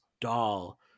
doll